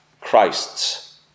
Christ's